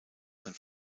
sein